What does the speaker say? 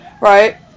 right